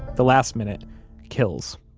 the last minute kills.